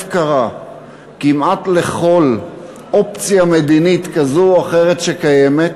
קרה כמעט לכל אופציה מדינית כזו או אחרת שקיימת,